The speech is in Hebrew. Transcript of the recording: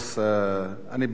אני באמת לא רוצה לעשות את זה,